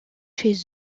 chez